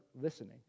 listening